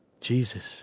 Jesus